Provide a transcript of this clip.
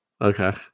Okay